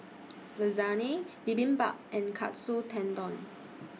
Lasagne Bibimbap and Katsu Tendon